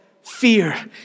fear